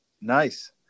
nice